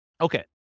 Okay